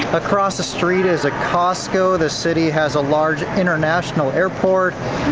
but across the street is a costco, the city has a large international airport.